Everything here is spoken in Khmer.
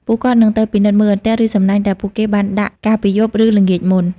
ពួកគាត់នឹងទៅពិនិត្យមើលអន្ទាក់ ឬសំណាញ់ដែលពួកគេបានដាក់កាលពីយប់ ឬល្ងាចមុន។